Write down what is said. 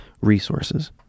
resources